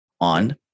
on